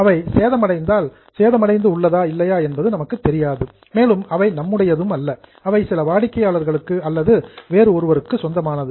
அவை சேதமடைந்ததால் இல்லையா என்பது நமக்குத் தெரியாது மேலும் அவை நம்முடையது அல்ல அவை சில வாடிக்கையாளர்களுக்கு அல்லது வேறு ஒருவருக்கு சொந்தமானது